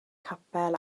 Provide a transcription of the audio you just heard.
capel